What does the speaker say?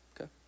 okay